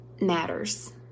matters